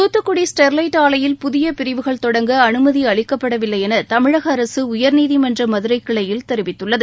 Thoothukudi Sterlite ஆலையில் புதிய பிரிவுகள் தொடங்க அனுமதி அளிக்கப்படவில்லை என தமிழக அரசு உயர்நீதிமன்ற மதுரை கிளையில் தெரிவித்துள்ளது